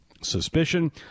suspicion